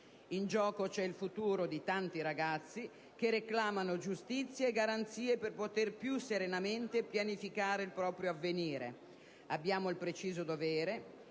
In gioco c'è il futuro di tanti ragazzi, che reclamano giustizia e garanzie per poter più serenamente pianificare il proprio avvenire. Abbiamo il preciso dovere